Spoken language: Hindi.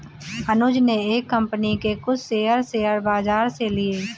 अनुज ने एक कंपनी के कुछ शेयर, शेयर बाजार से लिए